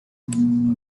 then